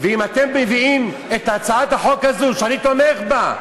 ואם אתם מביאים את הצעת החוק הזו, שאני תומך בה,